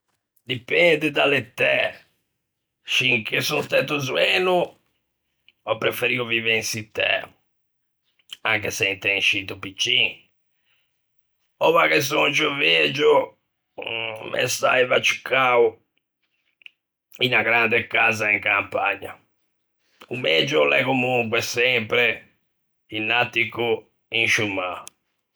Dipende da l'etæ; scinché son stæto zoeno ò preferio vive in çittæ, anche se int'un scito piccin, oua che son ciù vegio me saiva ciù cao unna grande casa in campagna; o megio o l'é comonque sempre un attico in sciô mâ.